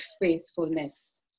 faithfulness